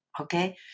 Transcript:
okay